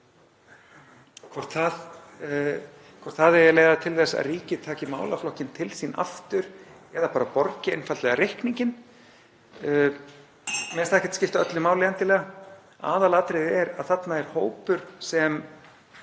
Hvort það eigi að leiða til þess að ríkið taki málaflokkinn til sín aftur eða bara borgi einfaldlega reikninginn, mér finnst það ekkert skipta öllu máli endilega. Aðalatriðið er að þarna er hópur sem